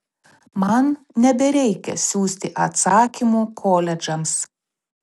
man nebereikia siųsti atsakymų koledžams